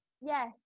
Yes